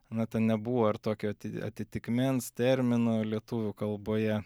na ten nebuvo ar tokio atitikmens termino lietuvių kalboje